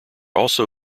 also